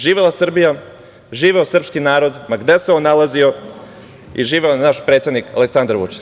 Živela Srbija, živeo sprski narod, ma gde se on nalazio, i živeo naš predsednik Aleksandar Vučić.